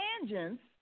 tangents